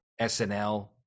SNL